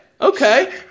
Okay